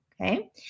Okay